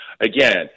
again